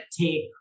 take